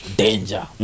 danger